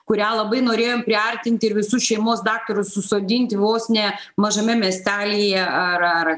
kurią labai norėjom priartinti ir visus šeimos daktarus susodinti vos ne mažame miestelyje ar ar